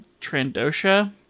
Trandosha